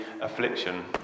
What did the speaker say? affliction